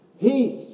Peace